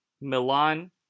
Milan